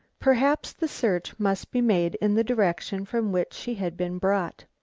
perhaps the search must be made in the direction from which she had been brought.